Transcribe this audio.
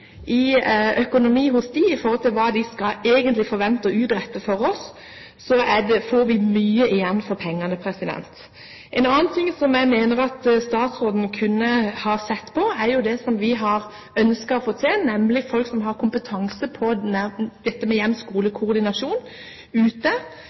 økonomi hos dem og hva det egentlig forventes at de skal utrette for oss, får vi mye igjen for pengene. En annen ting jeg mener statsråden kunne ha sett på, er det som vi har ønsket å få til, nemlig at man får noen øremerkede stillinger til folk som har kompetanse på